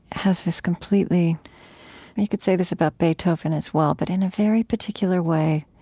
has this completely you could say this about beethoven, as well. but in a very particular way,